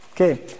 okay